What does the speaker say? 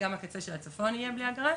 גם הקצה של הצפון יהיה בלי אגרה.